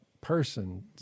person